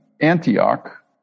Antioch